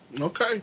Okay